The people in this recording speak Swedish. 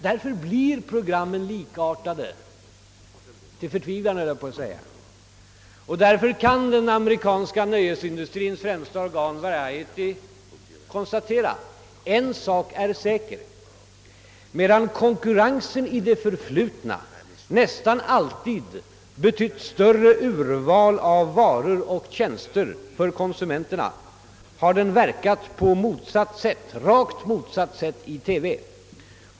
Därför bli programmen likartade — till förtvivlan höll jag på att säga — och därför kan den amerikanska nöjesindustriens främsta organ Variety konstatera: »En sak är säker: Medan konkurrensen i det förflutna nästan alltid betytt större urval av varor och tjänster för konsumenterna har den verkat på rakt motsatt sätt i TV.